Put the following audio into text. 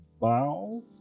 bow